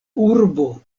urbo